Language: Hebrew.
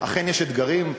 אכן יש אתגרים,